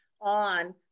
on